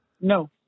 No